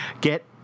Get